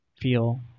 feel